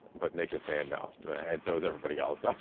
but nick is saying no and so is everybody else.